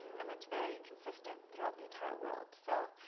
and that's very consistent throughout the entire world. so,